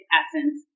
essence